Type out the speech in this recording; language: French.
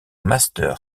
master